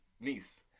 niece